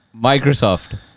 microsoft